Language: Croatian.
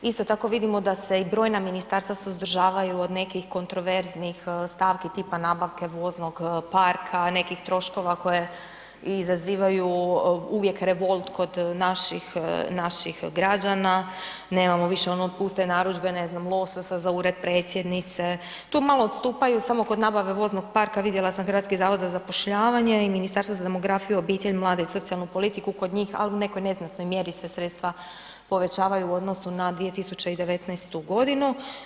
Isto tako vidimo da se i brojna ministarstva suzdržavaju od nekih kontroverznih stavki tipa nabavke voznog parka, nekih troškova koje izazivaju uvijek revolt kod naših, naših građana, nemamo više ono više puste narudžbe ne znam lososa za Ured predsjednice, tu malo odstupaju samo kod nabave voznog parka vidjela sam HZZ i Ministarstvo za demografiju, obitelj, mlade i socijalnu politiku kod njih, ali u nekoj neznatno mjeri se sredstva povećavaju u odnosu na 2019. godinu.